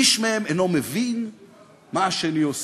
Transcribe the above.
איש מהם אינו מבין מה השני עושה.